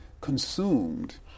consumed